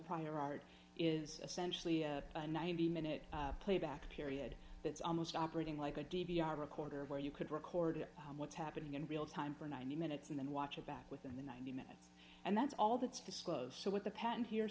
prior art is essentially a ninety minute playback period that's almost operating like a d v r recorder where you could record what's happening in real time for ninety minutes and then watch it back within the ninety minutes and that's all that's disclosed so what the patent here